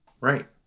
Right